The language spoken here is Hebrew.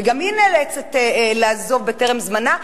וגם היא נאלצת לעזוב בטרם זמנה,